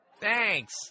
Thanks